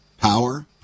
power